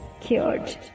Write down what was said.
cured